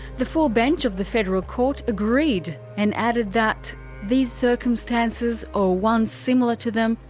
the full bench of the federal court agreed, and added that these circumstances, or ones similar to them,